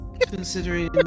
Considering